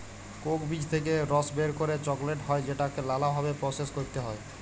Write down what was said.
Coke বীজ থেক্যে রস বের করে চকলেট হ্যয় যেটাকে লালা ভাবে প্রসেস ক্যরতে হ্য়য়